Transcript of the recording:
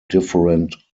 different